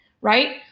right